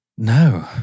No